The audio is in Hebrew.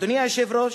אדוני היושב-ראש,